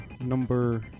number